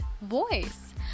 voice